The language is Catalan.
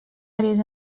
àrees